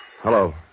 Hello